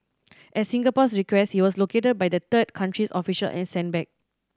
at Singapore's request he was located by the third country's official and sent back